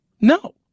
no